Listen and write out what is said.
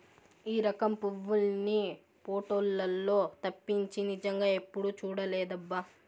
ఈ రకం పువ్వుల్ని పోటోలల్లో తప్పించి నిజంగా ఎప్పుడూ చూడలేదబ్బా